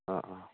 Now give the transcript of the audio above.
ꯑꯥ ꯑꯥ